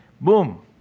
Boom